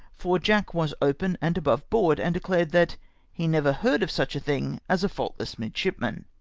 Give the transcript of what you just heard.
for jack was open and above board, and declared that he never heard of such a thing as a faultless midshipman!